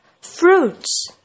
fruits